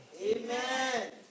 Amen